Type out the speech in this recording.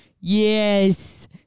yes